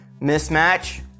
Mismatch